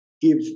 give